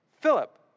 Philip